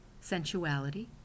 sensuality